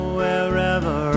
wherever